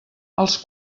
als